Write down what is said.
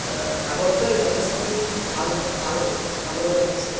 আগতকৈ যথেষ্টখিনিত ভাল ভাল ভাললৈ আহিছে